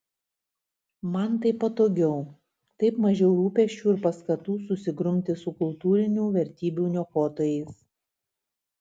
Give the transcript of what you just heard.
mat taip patogiau taip mažiau rūpesčių ir paskatų susigrumti su kultūrinių vertybių niokotojais